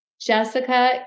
Jessica